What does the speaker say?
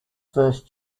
first